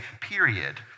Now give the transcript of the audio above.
period